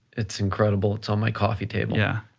it's incredible, it's on my coffee table. yeah,